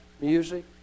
music